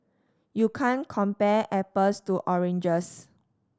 you can compare apples to oranges